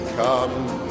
Come